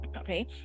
Okay